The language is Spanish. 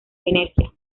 venecia